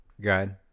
good